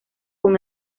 con